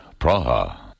Praha